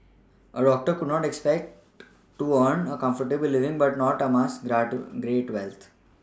a doctor could expect to earn a comfortable living but not amass great wealth